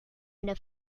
una